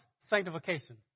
sanctification